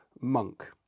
monk